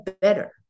better